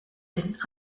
den